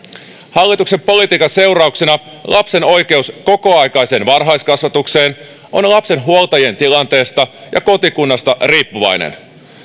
hallituksen politiikan seurauksena lapsen oikeus kokoaikaiseen varhaiskasvatukseen on lapsen huoltajien tilanteesta ja kotikunnasta riippuvainen